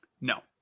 No